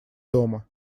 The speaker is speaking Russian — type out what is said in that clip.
дома